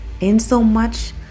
insomuch